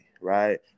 right